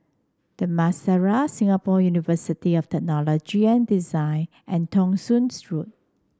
The Madeira Singapore University of Technology and Design and Thong Soon Road